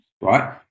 right